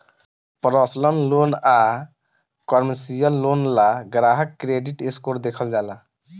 personal loan आ commercial loan ला ग्राहक के क्रेडिट स्कोर देखल जाला